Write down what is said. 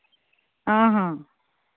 ᱚ ᱦᱚᱸ